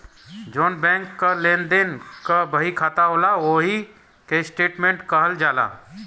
जौन बैंक क लेन देन क बहिखाता होला ओही के स्टेट्मेंट कहल जाला